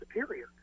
superior